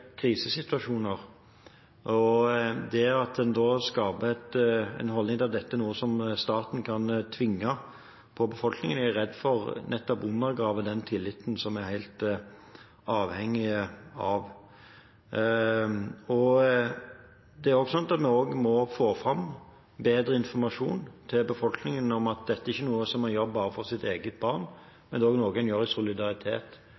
krisesituasjoner – og det å skape den holdningen at dette er noe som staten kan tvinge på befolkningen, er jeg redd for nettopp undergraver den tilliten som vi er helt avhengige av. Vi må også få fram bedre informasjon til befolkningen om at dette ikke er noe som man gjør bare for sitt eget barn, men også i solidaritet med andre barn, f.eks. barn som har allergier, og